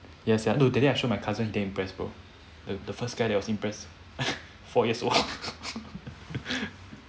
ya sia no today I showed my cousin he damn impressed bro the the first guy that was impressed four years old